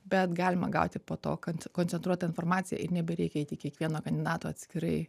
bet galima gauti po to kanc koncentruotą informaciją ir nebereikia eiti į kiekvieno kandidato atskirai